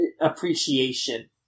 appreciation